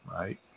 right